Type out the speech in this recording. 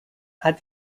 had